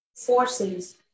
Forces